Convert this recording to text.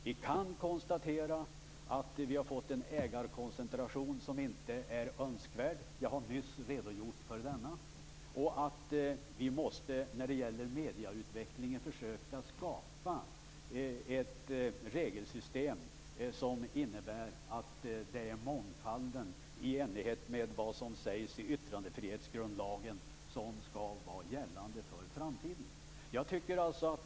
Vi kan konstatera att vi har fått en ägarkoncentration som inte är önskvärd. Jag har nyss redogjort för denna. Vi måste när det gäller medieutvecklingen försöka att skapa ett regelsystem som innebär att det är mångfalden, i enlighet med vad som sägs i yttrandefrihetsgrundlagen, som skall vara gällande för framtiden.